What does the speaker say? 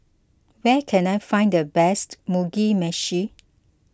where can I find the best Mugi Meshi